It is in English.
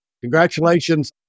Congratulations